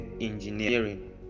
engineering